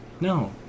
No